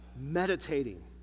meditating